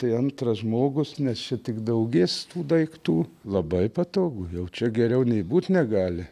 tai antras žmogus nes čia tik daugės tų daiktų labai patogu jau čia geriau nei būt negali